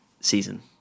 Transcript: season